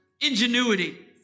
ingenuity